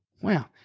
Wow